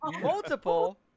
multiple